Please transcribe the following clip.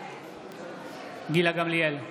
גילה גמליאל,